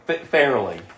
fairly